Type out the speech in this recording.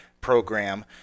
program